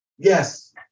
Yes